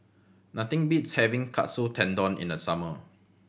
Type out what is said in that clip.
nothing beats having Katsu Tendon in the summer